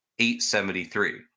873